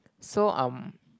so um